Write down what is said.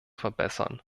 verbessern